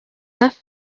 enough